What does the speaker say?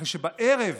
אחרי שבערב